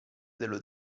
dello